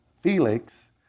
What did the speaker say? Felix